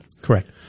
Correct